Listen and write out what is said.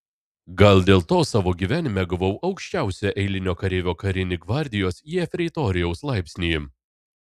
gal dėl to savo gyvenime gavau aukščiausią eilinio kareivio karinį gvardijos jefreitoriaus laipsnį